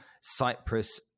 Cyprus